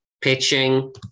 pitching